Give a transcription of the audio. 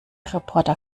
reporter